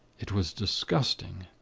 it was disgusting.